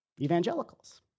evangelicals